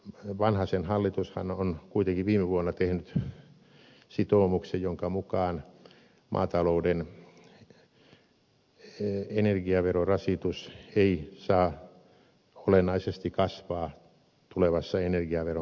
vanhasen hallitushan on kuitenkin viime vuonna tehnyt sitoumuksen jonka mukaan maatalouden energiaverorasitus ei saa olennaisesti kasvaa tulevassa energiaveron korotustilanteessa